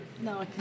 No